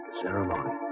ceremony